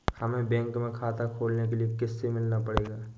हमे बैंक में खाता खोलने के लिए किससे मिलना पड़ेगा?